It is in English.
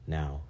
now